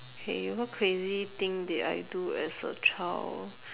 okay what crazy thing did I do as a child